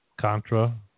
Contra